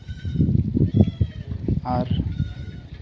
ᱟᱨ